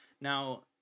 now